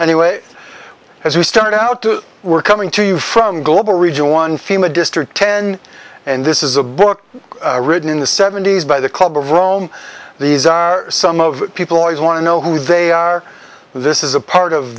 anyway as you start out we're coming to you from global region one fema district ten and this is a book written in the seventy's by the club of rome these are some of people always want to know who they are this is a part of